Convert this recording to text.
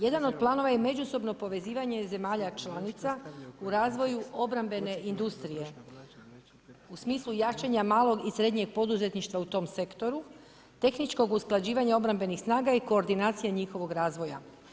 Jedan od planova je i međusobno povezivanja zemalja članica u razvoju obrambene industrije u smislu jačanja malog i srednjeg poduzetništva u tom sektoru, tehničkih usklađivanja obrambenih snaga i koordinacija njihovog razvoja.